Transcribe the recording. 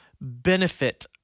benefit